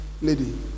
lady